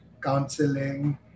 counseling